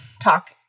talk